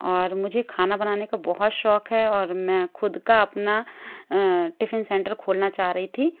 और मुझे खाना बनाने का बहुत शौक है और मैं खुद का अपना टिफिन सेंटर खोलना चाह रही थी